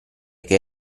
che